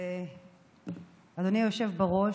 אדוני היושב-ראש,